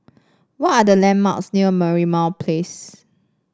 what are the landmarks near Merlimau Place